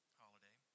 holiday